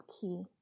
key